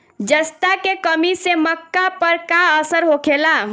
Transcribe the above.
जस्ता के कमी से मक्का पर का असर होखेला?